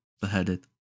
beheaded